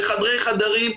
בחדרי חדרים,